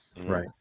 right